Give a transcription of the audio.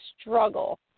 struggle